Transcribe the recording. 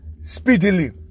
speedily